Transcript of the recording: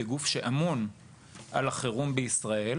כגוף שאמון על החירום בישראל,